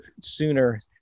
sooner